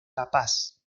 capaz